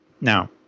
Now